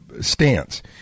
stance